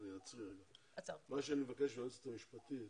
אני מבקש מהיועצת המשפטית